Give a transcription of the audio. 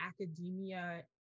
academia